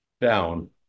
down